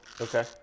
Okay